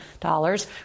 dollars